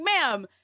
ma'am